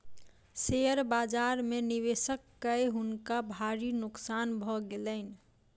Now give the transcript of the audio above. share बाजार में निवेश कय हुनका भारी नोकसान भ गेलैन